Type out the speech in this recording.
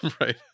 right